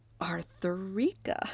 Arthurica